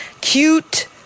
cute